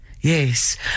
Yes